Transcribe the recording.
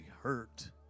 hurt